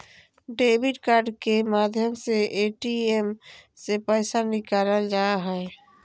debit card के माध्यम से ए.टी.एम से पैसा निकालल जा हय